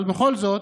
אבל בכל זאת,